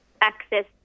access